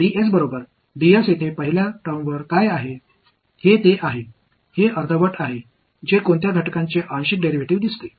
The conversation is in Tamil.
எனவே இது ஒரு ஜாமெட்ரிக் யோசனையுடன் தொடங்குகிறது இது தேற்றத்தின் அறிக்கையை மிகவும் உள்ளுணர்வாக நமக்கு கொடுத்தது